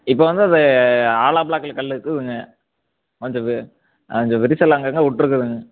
இப்போ வந்து அது ஹாலோபிளாக்கில கல் இருக்குதுங்க அந்த வீ அங்கே விரிசல் அங்கங்கே விட்டுருக்குதுங்க